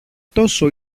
τόσο